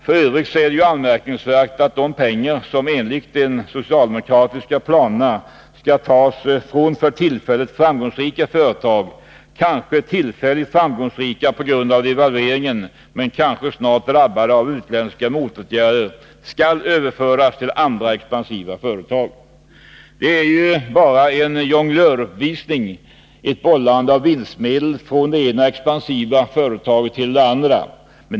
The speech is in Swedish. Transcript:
F. ö. är det ju anmärkningsvärt att de pengar som enligt de socialdemokratiska planerna skall tas från för tillfället framgångsrika företag — kanske tillfälligt framgångsrika på grund av devalveringen men kanske snart drabbade av utländska motåtgärder — skall överföras till andra expansiva företag. Det blir ju bara en jonglöruppvisning, ett bollande av vinstmedel från det ena expansiva företaget till det andra.